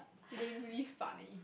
lamely funny